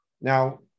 Now